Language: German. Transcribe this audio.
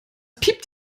piept